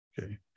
okay